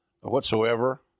whatsoever